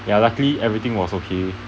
ya luckily everything was okay